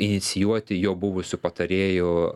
inicijuoti jo buvusių patarėjų